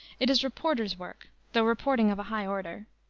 it is reporter's work, though reporting of a high order.